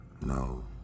No